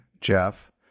Jeff